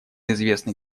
известный